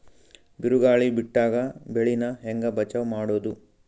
ಬಿರುಗಾಳಿ ಬಿಟ್ಟಾಗ ಬೆಳಿ ನಾ ಹೆಂಗ ಬಚಾವ್ ಮಾಡೊದು?